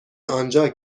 آنجا